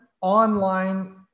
online